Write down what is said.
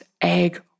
egg